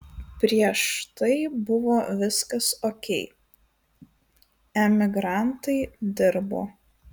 prieš tai buvo viskas okei emigrantai dirbo